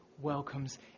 welcomes